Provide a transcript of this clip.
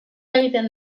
egiten